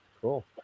Cool